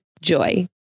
JOY